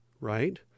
right